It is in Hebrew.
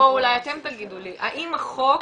האם החוק,